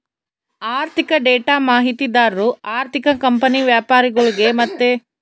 ಆಋಥಿಕ ಡೇಟಾ ಮಾಹಿತಿದಾರು ಆರ್ಥಿಕ ಕಂಪನಿ ವ್ಯಾಪರಿಗುಳ್ಗೆ ಮತ್ತೆ ಹೂಡಿಕೆದಾರ್ರಿಗೆ ಮಾರ್ಕೆಟ್ದು ಮಾಹಿತಿ ಕೊಡ್ತಾರ